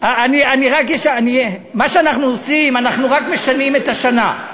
מה שאנחנו עושים, אנחנו רק משנים את השנה.